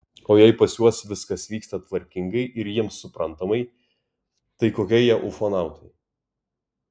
o jei pas juos viskas vyksta tvarkingai ir jiems suprantamai tai kokie jie ufonautai